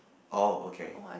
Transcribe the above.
oh okay